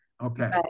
Okay